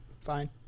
fine